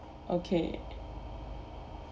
okay